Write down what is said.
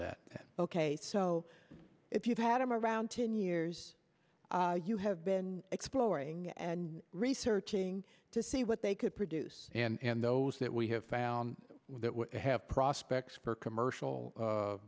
that ok so if you've had them around ten years you have been exploring and researching to see what they could produce and those that we have found that have prospects for commercial